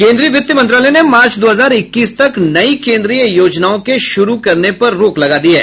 केंद्रीय वित्त मंत्रालय ने मार्च दो हजार इक्कीस तक नई केंद्रीय योजनाओं के शुरू करने पर रोक लगा दी है